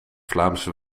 vlaamse